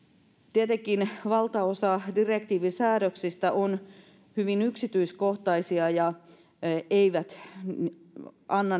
tietenkin valtaosa direktiivin säännöksistä on hyvin yksityiskohtaisia eikä anna